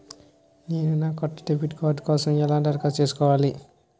నేను నా కొత్త డెబిట్ కార్డ్ కోసం ఎలా దరఖాస్తు చేసుకోవాలి?